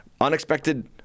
unexpected